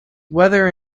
whether